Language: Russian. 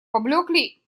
поблекли